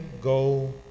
go